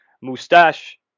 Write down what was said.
mustache